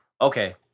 Okay